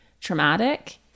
traumatic